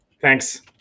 Thanks